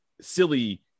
silly